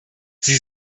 sie